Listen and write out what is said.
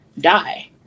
die